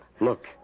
Look